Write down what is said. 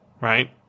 right